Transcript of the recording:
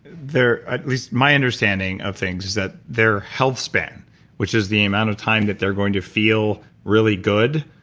their, at least my understanding of things is that their health span which is the amount of time that they're going to feel really good,